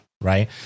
Right